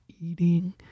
eating